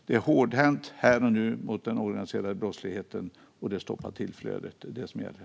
Vi är hårdhänta här och nu mot den organiserade brottsligheten, och det stoppar tillflödet. Det är det som gäller.